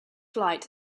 flight